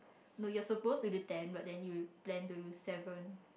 no you're supposed to do ten but then you plan to do seven